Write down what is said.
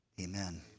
Amen